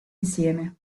insieme